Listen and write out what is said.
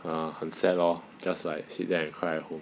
err 很 sad lor just like sit there and cry at home